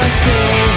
stay